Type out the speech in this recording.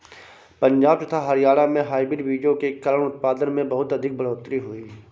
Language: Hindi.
पंजाब तथा हरियाणा में हाइब्रिड बीजों के कारण उत्पादन में बहुत अधिक बढ़ोतरी हुई